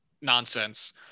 nonsense